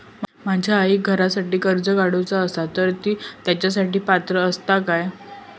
माझ्या आईक घरासाठी कर्ज काढूचा असा तर ती तेच्यासाठी पात्र असात काय?